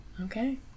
Okay